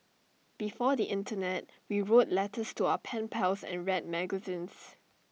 before the Internet we wrote letters to our pen pals and read magazines